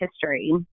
history